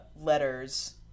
letters